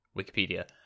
Wikipedia